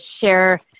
share